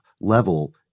level